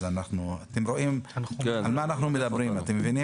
אז אתם רואים על מה אנחנו מדברים.